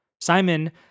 Simon